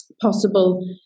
possible